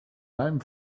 leim